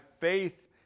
faith